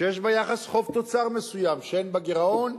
שיש בה יחס חוב תוצר מסוים, שאין בה גירעון,